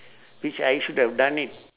which I should have done it